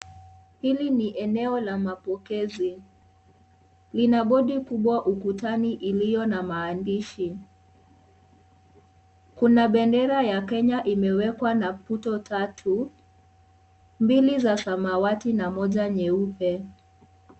Hili ni eneo la mapokezi. Lina bodi kubwa ukutani iliyo na maandishi. Kuna bendera ya Kenya imewekwa na puto tatu, mbili za samawati na moja nyeupe.